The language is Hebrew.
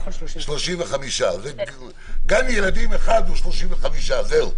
35. גן ילדים אחד הוא 35. זהו.